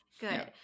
Good